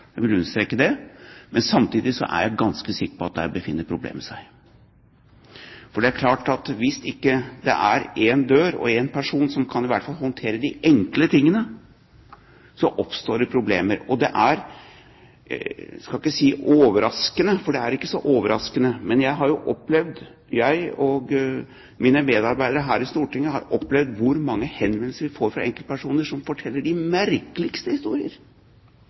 Jeg vil understreke det. Men samtidig er jeg ganske sikker på at der befinner problemet seg. For det er klart at hvis ikke det er én dør og én person som i hvert fall kan håndtere de enkle tingene, oppstår det problemer. Jeg skal ikke si det er overraskende, for det er ikke så overraskende, men jeg og mine medarbeidere her i Stortinget har jo opplevd å få mange henvendelser fra enkeltpersoner som forteller de merkeligste historier.